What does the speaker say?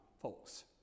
folks